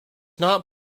not